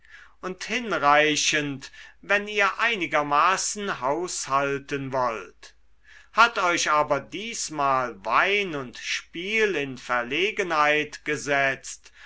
und hinreichend wenn ihr einigermaßen haushalten wollt hat euch aber diesmal wein und spiel in verlegenheit gesetzt